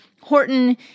Horton